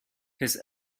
his